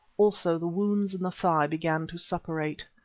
also the wounds in the thigh began to suppurate.